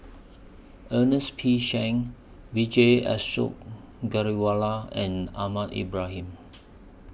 Ernest P Shanks Vijesh Ashok Ghariwala and Ahmad Ibrahim